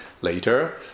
later